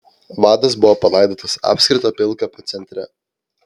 vadas buvo palaidotas apskrito pilkapio centre